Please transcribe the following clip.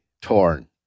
torn